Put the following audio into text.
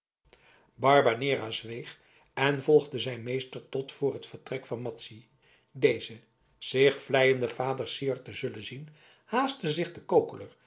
barbanera zweeg en volgde zijn meester tot voor het vertrek van madzy deze zich vleiende vader syard te zullen zien haastte zich den kokeler